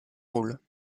rôle